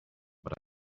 but